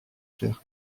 chair